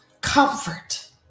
Comfort